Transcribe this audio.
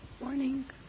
Morning